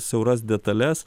siauras detales